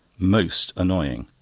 most annoying!